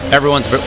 Everyone's